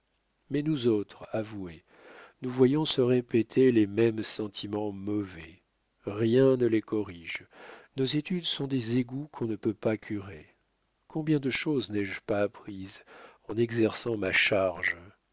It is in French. mais nous autres avoués nous voyons se répéter les mêmes sentiments mauvais rien ne les corrige nos études sont des égouts qu'on ne peut pas curer combien de choses n'ai-je pas apprises en exerçant ma charge